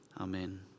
Amen